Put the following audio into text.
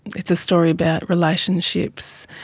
it's a story about relationships,